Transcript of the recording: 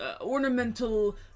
ornamental